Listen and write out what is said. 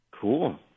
Cool